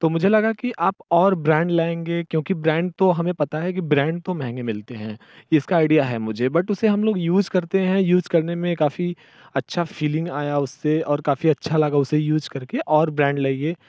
तो मुझे लगा कि आप और ब्रांड लाएंगे क्योंकि ब्रैंड तो हमें पता है कि ब्रैंड तो महंगे मिलते हैं इसका आईडिया है मुझे बट उसे हम लोग यूज़ करते हैं यूज़ करने में काफ़ी अच्छा फीलिंग आया उसे और काफ़ी अच्छा लगा उसे यूज़ करके और ब्रैंड लाइए